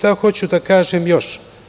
Šta hoću da kažem još?